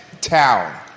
town